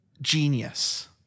genius